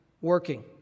working